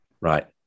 right